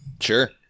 Sure